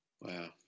wow